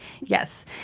Yes